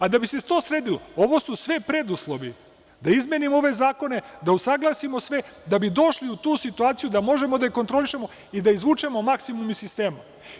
Da bi se to sredilo, ovo su sve preduslovi da izmenimo ove zakone, da usaglasimo sve i da bi došli u tu situaciju da možemo da kontrolišemo i da izvučemo maksimum iz sistema.